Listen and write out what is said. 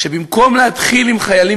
שבמקום להתחיל עם חיילים,